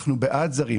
אנחנו בעד זרים.